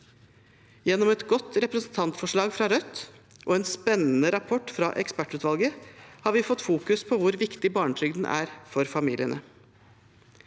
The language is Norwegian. Gjennom et godt representantforslag fra Rødt og en spennende rapport fra ekspertutvalget har vi fått fokus på hvor viktig barnetrygden er for familiene.